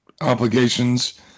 obligations